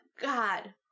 God